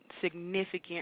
significant